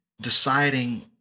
deciding